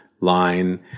line